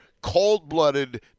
cold-blooded